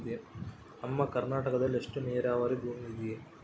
ನಮ್ಮ ಕರ್ನಾಟಕದಲ್ಲಿ ಎಷ್ಟು ನೇರಾವರಿ ಭೂಮಿ ಇದೆ?